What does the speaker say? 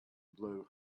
blow